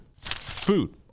food